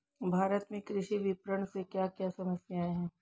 भारत में कृषि विपणन से क्या क्या समस्या हैं?